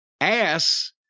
ass